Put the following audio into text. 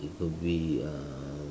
it could be uh